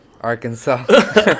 Arkansas